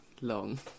Long